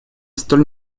столь